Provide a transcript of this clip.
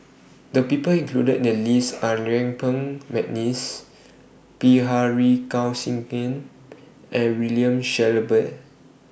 The People included in The list Are Yuen Peng Mcneice Bilahari Kausikan and William Shellabear